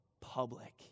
public